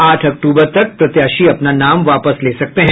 आठ अक्टूबर तक प्रत्याशी अपना नाम वापस ले सकते हैं